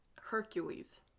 Hercules